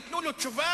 ייתנו לו תשובה,